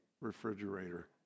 refrigerator